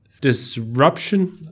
disruption